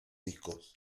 discos